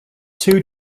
two